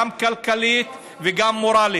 כבוד היושבת-ראש,